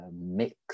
mix